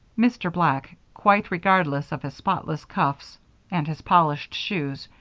mr. black, quite regardless of his spotless cuffs and his polished shoes,